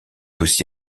aussi